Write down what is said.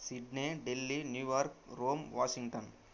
Sydney Delhi New York Rome Washington